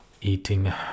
eating